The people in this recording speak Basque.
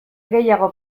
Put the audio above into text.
gehiago